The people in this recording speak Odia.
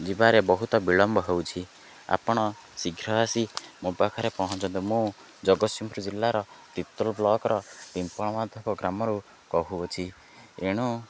ଯିବାରେ ବହୁତ ବିଳମ୍ବ ହେଉଛି ଆପଣ ଶୀଘ୍ର ଆସି ମୋ ପାଖରେ ପହଞ୍ଚନ୍ତୁ ମୁଁ ଜଗତସିଂହପୁର ଜିଲ୍ଲାର ତିର୍ତ୍ତୋଲ ବ୍ଲକର ପିମ୍ପଳ ମାଧବ ଗ୍ରାମରୁ କହୁଅଛି ଏଣୁ